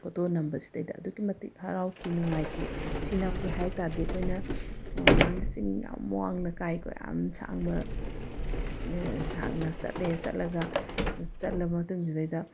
photo ꯅꯝꯕꯁꯤꯗꯩꯗ ꯑꯗꯨꯛꯀꯤ ꯃꯇꯤꯛ ꯍꯔꯥꯎꯈꯤ ꯅꯨꯡꯉꯥꯏꯈꯤ ꯁꯤ ꯅꯝꯒꯦ ꯍꯥꯏ ꯇꯥꯔꯗꯤ ꯑꯩꯈꯣꯏꯅ ꯃꯥꯒꯤ ꯆꯤꯡ ꯌꯥꯝ ꯋꯥꯡꯅ ꯀꯥꯏꯀꯣ ꯌꯥꯝ ꯁꯥꯡꯕ ꯁꯥꯡꯅ ꯆꯠꯂꯦ ꯆꯠꯂꯒ ꯆꯠꯂꯕ ꯃꯇꯨꯡꯗꯨꯗꯩꯗ